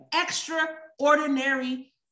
extraordinary